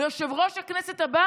ויושב-ראש הכנסת הבא